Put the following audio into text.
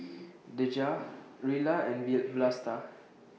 Dejah Rilla and Vlasta